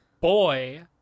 boy